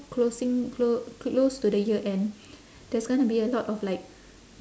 closing clo~ close to the year end there's gonna be a lot of like